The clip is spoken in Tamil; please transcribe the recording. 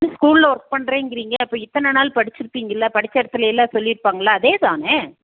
என்ன ஸ்கூலில் ஒர்க் பண்றேங்கறீங்க அப்புறோம் இத்தனை நாள் படிச்சிருப்பிங்கள்ல படிச்ச இடத்துல எல்லாம் சொல்லிருப்பாங்களே அதே தானே